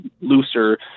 looser